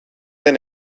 den